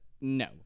No